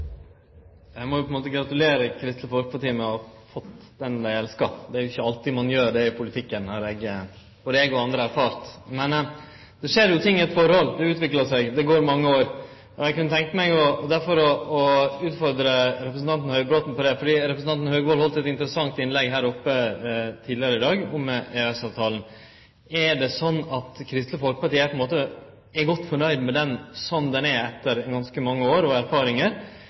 har erfart at ein ikkje alltid gjer det i politikken. Det skjer ting i eit forhold, det utviklar seg, og det går mange år. Eg kunne derfor tenkje meg å utfordre representanten Høybråten på det, for representanten heldt eit interessant innlegg her oppe tidlegare i dag om EØS-avtalen. Er det slik at Kristeleg Folkeparti er godt fornøgd med EØS-avtalen slik han er etter ganske mange år og erfaringar,